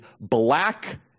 black